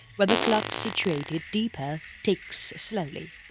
where the clock situated deeper ticks slowly,